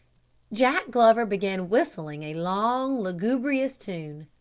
jack glover began whistling a long lugubrious tune.